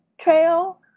trail